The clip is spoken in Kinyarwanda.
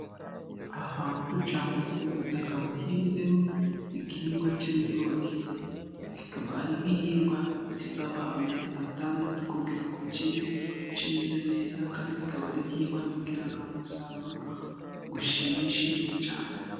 Ahantu cyangwa se ubutaka buhinzweho igihingwa k'ibigori. Kikaba ari igihingwa gisaba amezi atandatu kugira ngo kibe cyeze neza, kandi kikaba ari igihingwa kigira umusaruro ushimishije cyane.